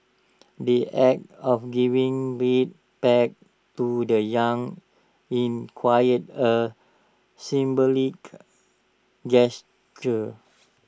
the act of giving red pack to the young in quite A symbolic gesture